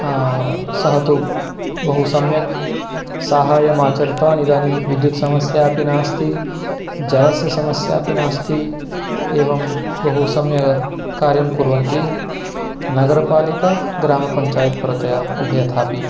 सः तु बहु सम्यक् साहाय्यम् आचरितवान् इदानीं विद्युत् समस्या अपि नास्ति जलस्य समस्या अपि नास्ति एवं बहु सम्यक् कार्यं कुर्वन्ति नगरपालिका ग्रमपञ्चायत् परतया उभयथा अपि